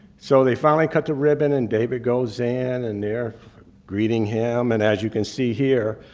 so they finally cut the ribbon and david goes in, and they're greeting him. and as you can see here,